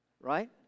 right